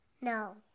No